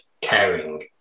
caring